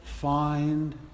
Find